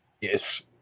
Yes